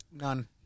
none